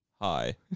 Hi